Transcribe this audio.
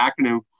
acronym